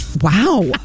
Wow